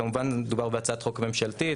כמובן מדובר בהצעת חוק ממשלתית.